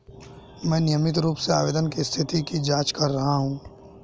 मैं नियमित रूप से आवेदन की स्थिति की जाँच कर रहा हूँ